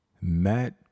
Matt